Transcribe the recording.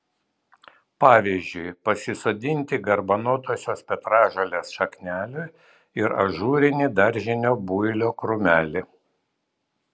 pavyzdžiui pasisodinti garbanotosios petražolės šaknelių ir ažūrinį daržinio builio krūmelį